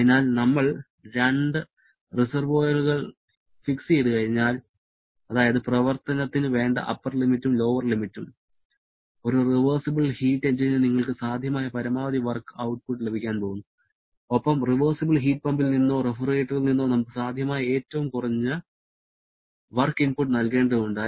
അതിനാൽ നമ്മൾ രണ്ടു റിസെർവോയറുകൾ ഫിക്സ് ചെയ്തു കഴിഞ്ഞാൽഅതായതു പ്രവർത്തനത്തിന് വേണ്ട അപ്പർ ലിമിറ്റും ലോവർ ലിമിറ്റും ഒരു റിവേർസിബിൾ ഹീറ്റ് എഞ്ചിന് നിങ്ങൾക്ക് സാധ്യമായ പരമാവധി വർക്ക് ഔട്ട്പുട്ട് ലഭിക്കാൻ പോകുന്നു ഒപ്പം റിവേർസിബിൾ ഹീറ്റ് പമ്പിൽ നിന്നോ റഫ്രിജറേറ്ററിൽ നിന്നോ നമുക്ക് സാധ്യമായ ഏറ്റവും കുറഞ്ഞ വർക്ക് ഇൻപുട്ട് നൽകേണ്ടതുണ്ട്